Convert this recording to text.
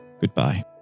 goodbye